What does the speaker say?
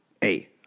Hey